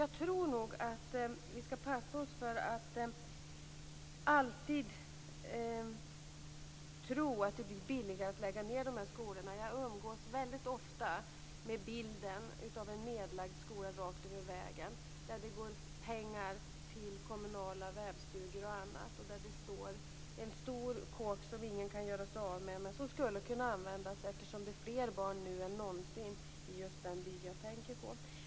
Jag tror nog att vi skall passa oss för att alltid tro att det blir billigare att lägga ned skolor. Jag umgås väldigt ofta med bilden av en nedlagd skola rakt över vägen, där det går pengar till kommunala vävstugor och annat och där det står en stor kåk som ingen kan göra sig av med men som skulle kunna användas eftersom det är fler barn nu än någonsin i just den by jag tänker på.